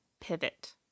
pivot